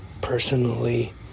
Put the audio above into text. personally